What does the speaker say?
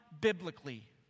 biblically